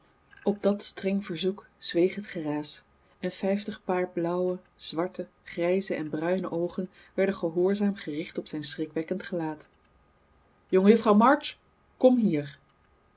op dat streng verzoek zweeg het geraas en vijftig paar blauwe zwarte grijze en bruine oogen werden gehoorzaam gericht op zijn schrikwekkend gelaat jongejuffrouw march kom hier